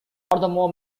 furthermore